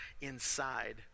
inside